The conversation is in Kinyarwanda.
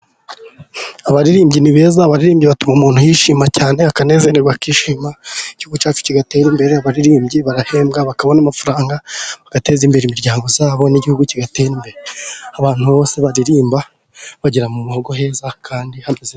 Abaririmbyi ni beza abaririmbye batuma umuntu yishima cyane, akanezererwa akishima igihugu cyacu kigatera imbere, abaririmbyi barahembwa bakabona amafaranga, bagateza imbere imiryango yabo ni igihugu kigatera imbere, abantu bose baririmba bagira mu muhogo heza kandi hameze.